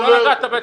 לא נגעת בצפיפות.